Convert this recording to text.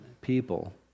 people